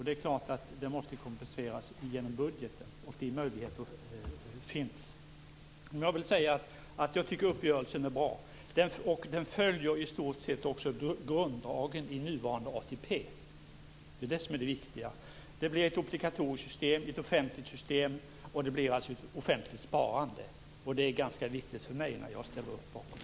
Det är klart att det måste kompenseras genom budgeten. De möjligheterna finns. Jag vill säga att jag tycker att uppgörelsen är bra. Den följer i stort sett också grunddragen i nuvarande ATP. Det är det som är det viktiga. Det blir ett obligatoriskt system, ett offentligt system, och det blir alltså ett offentligt sparande. Det är ganska viktigt för mig när jag ställer upp bakom det här.